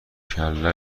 کله